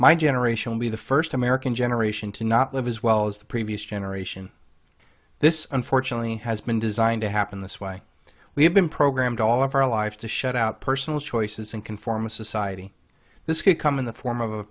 my generation will be the first american generation to not live as well as the previous generation this unfortunately has been designed to happen this way we have been programmed all of our lives to shut out personal choices in conformist society this could come in the form of